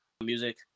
music